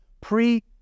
pre